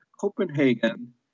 Copenhagen